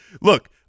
Look